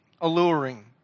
alluring